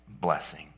blessing